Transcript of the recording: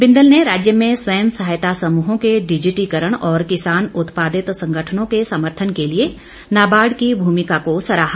बिंदल ने राज्य में स्वयं सहायता समृहों के डिजिटीकरण और किसान उत्पादित संगठनों के समर्थन के लिए नाबार्ड की भूमिका को सराहा